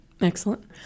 Excellent